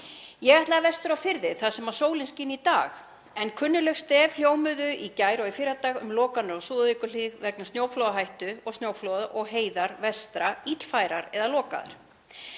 Ég ætlaði vestur á firði þar sem sólin skín í dag, en kunnugleg stef hljómuðu í gær og í fyrradag um lokanir á Súðavíkurhlíð vegna snjóflóðahættu og snjóflóða og heiðar vestra illfærar eða lokaðar.